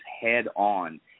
head-on